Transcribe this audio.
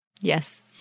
Yes